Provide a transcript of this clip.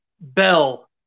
Bell